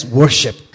worship